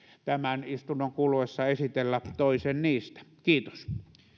tämän istunnon kuluessa esitellä toisen niistä kiitos